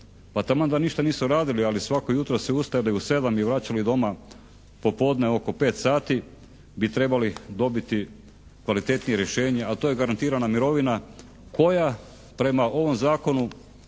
pa taman da ništa nisu radili ali svako jutro se ustali u 7 i vraćali doma po podne oko 5 sati, bi trebali dobiti kvalitetnije rješenje a to je garantirana mirovina koja prema ovom zakonu